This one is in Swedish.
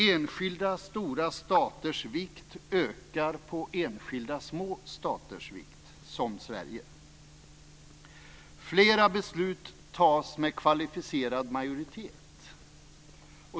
Enskilda stora staters vikt ökar på bekostnad av enskilda små staters vikt, som Sverige. Flera beslut fattas med kvalificerad majoritet.